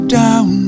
down